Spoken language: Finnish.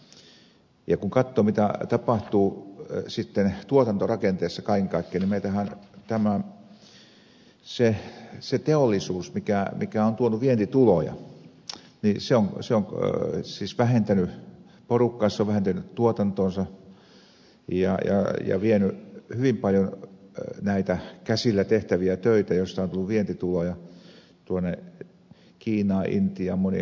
ja kun katsoo mitä tapahtuu sitten tuotantorakenteessa kaiken kaikkiaan niin meillähän se teollisuus mikä on tuonut vientituloja on vähentänyt porukkaa se on vähentänyt tuotantoansa ja vienyt hyvin paljon näitä käsillä tehtäviä töitä joista on tullut vientituloja tuonne kiinaan intiaan moniin halpamaihin